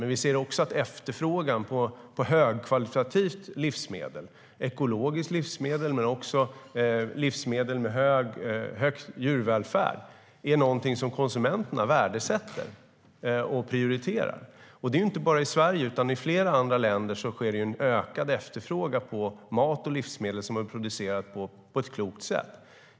Men vi ser också att efterfrågan på högkvalitativt livsmedel, ekologiskt livsmedel men också livsmedel med hög djurvälfärd, är något som konsumenterna värdesätter och prioriterar. Och det är inte bara i Sverige, utan i flera andra länder är det en ökad efterfrågan på mat och livsmedel som är producerat på ett klokt sätt.